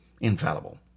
infallible